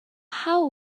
how